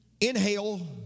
inhale